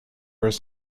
was